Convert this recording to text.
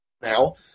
now